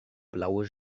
blaue